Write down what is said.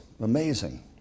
Amazing